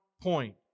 point